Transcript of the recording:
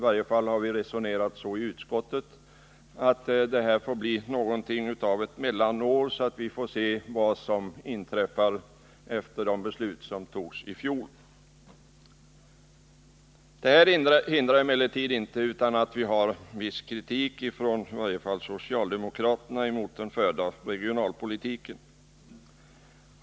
Utskottet har resonerat sig fram till att detta år får bli något av ett mellanår, där vi får se vad som inträffar efter de beslut som togs i fjol. Det här hindrar emellertid inte att i varje fall vi socialdemokrater har framfört viss kritik mot den förda regionalpolitiken.